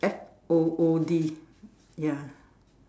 F O O D ya